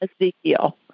Ezekiel